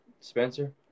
Spencer